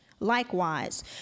Likewise